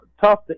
tough